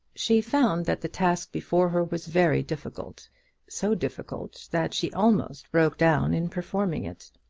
she found that the task before her was very difficult so difficult that she almost broke down in performing it.